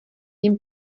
jim